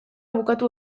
bukatu